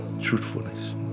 Truthfulness